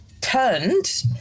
turned